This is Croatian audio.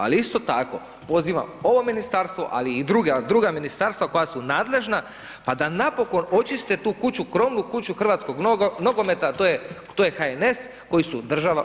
Ali isto tako pozivam ovo ministarstvo, ali i druga ministarstva koja su nadležna pa da napokon očiste tu kuću krovnu, kuću hrvatskog nogometa, a to je HNS koji su država u državi.